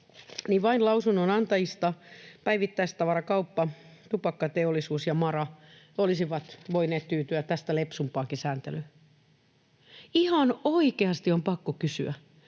todetaan, lausunnonantajista vain Päivittäistavarakauppa, Tupakkateollisuus ja MaRa olisivat voineet tyytyä tätä lepsumpaankin sääntelyyn. Ihan oikeasti on pakko kysyä: